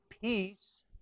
peace